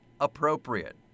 appropriate